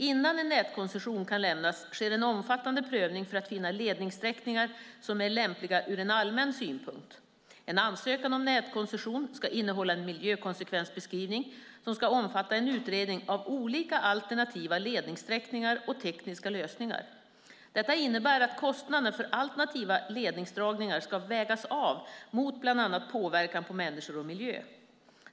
Innan en nätkoncession kan lämnas sker en omfattande prövning för att finna ledningssträckningar som är lämpliga ur allmän synpunkt. En ansökan om nätkoncession ska innehålla en miljökonsekvensbeskrivning som ska omfatta en utredning av olika alternativa ledningssträckningar och tekniska lösningar. Detta innebär att kostnaderna för alternativa ledningsdragningar ska vägas av mot bland annat påverkan på människor och miljö.